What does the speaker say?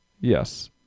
Yes